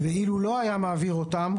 ואילו לא היה מעביר אותם,